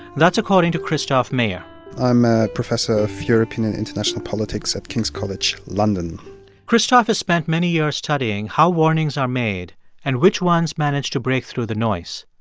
that's according to christoph meyer i'm a professor of european and international politics at king's college london christoph has spent many years studying how warnings are made and which ones manage to break through the noise.